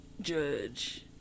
Judge